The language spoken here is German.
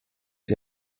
die